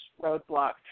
roadblock